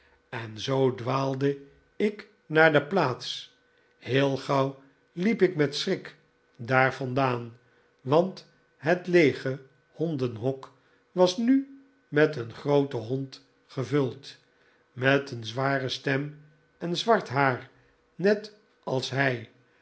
en zoo dwaalde ik naar de plaats heel gauw liep ik met schrik daar vandaan want het leege hondenhok was nu met een grooten hond gevuld met een zware stem en zwart haar net als hij